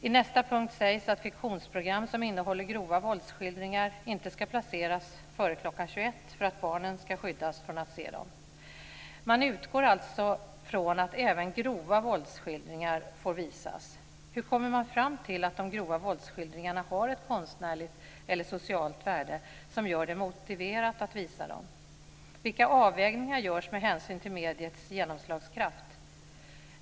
I nästa punkt sägs att fiktionsprogram som innehåller grova våldsskildringar inte ska placeras före klockan 21.00 för att barnen ska skyddas från att se dem. Man utgår alltså från att även grova våldsskildringar får visas. Hur kommer man fram till att de grova våldsskildringarna har ett konstnärligt eller socialt värde som gör det motiverat att visa dem? Vilka avvägningar görs med hänsyn till mediets genomslagskraft?